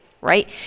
right